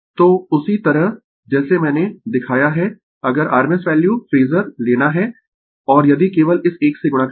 तो उसी तरह जैसे मैंने दिखाया है अगर rms वैल्यू फेजर लेना है और यदि केवल इस एक से गुणा करें